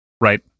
right